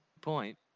point